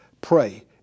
pray